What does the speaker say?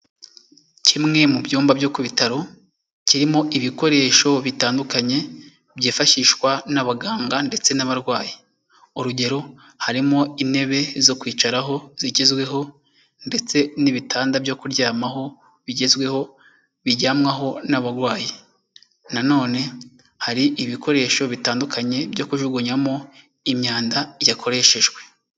Kimwe mu byumba byo ku bitaro kirimo ibikoresho bitandukanye byifashishwa n'abaganga ndetse n'abarwayi. Urugero harimo intebe zo kwicaraho zigezweho, ndetse n'ibitanda byo kuryamaho bigezweho biryamwaho n'abarwayi. Nanone hari ibikoresho bitandukanye byo kujugunyamo imyanda yakoreshejwe.